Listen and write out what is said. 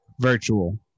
virtual